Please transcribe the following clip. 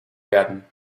werden